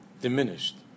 diminished